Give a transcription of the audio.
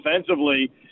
offensively